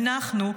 אנחנו,